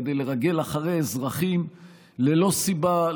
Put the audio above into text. כדי לרגל אחרי אזרחים ללא סיבה,